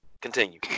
continue